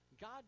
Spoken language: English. God